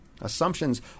Assumptions